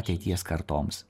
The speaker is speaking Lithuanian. ateities kartoms